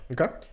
Okay